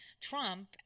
Trump